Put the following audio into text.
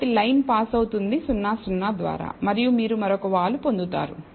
కాబట్టి line pass అవుతుంది 0 0 ద్వారా మరియు మీరు మరొక వాలు పొందుతారు